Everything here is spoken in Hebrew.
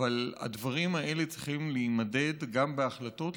אבל הדברים האלה צריכים להימדד גם בהחלטות,